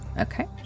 Okay